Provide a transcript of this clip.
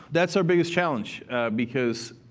that's our biggest challenge because